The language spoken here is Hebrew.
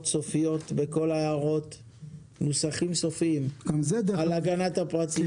סופיות ונוסחים סופיים על הגנת הפרטיות.